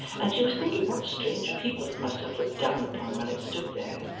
and she was thinking what strange people it must have looked down upon when it stood there,